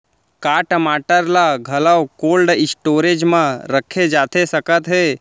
का टमाटर ला घलव कोल्ड स्टोरेज मा रखे जाथे सकत हे?